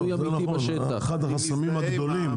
זה נכון, אחד החסמים הגדולים.